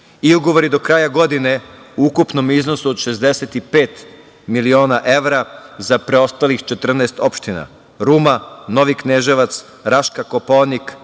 Ugovori do kraja godine u ukupnom iznosu od 65 miliona evra za preostalih 14 opština: Ruma, Novi Kneževac, Raška, Kopaonik,